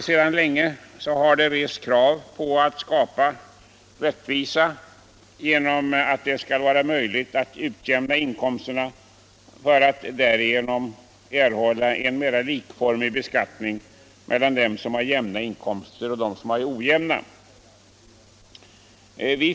Sedan länge har det rests krav på skapande av rättvisa genom införande av en möjlighet att utjämna inkomsterna. Därigenom skulle man erhålla en mera likformig beskattning av dem som har jämna inkomster och dem som har ojämna sådana.